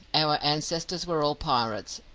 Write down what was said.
our ancestors were all pirates,